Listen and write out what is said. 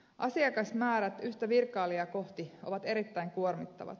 asiakasmäärät yhtä virkailijaa kohti ovat erittäin kuormittavat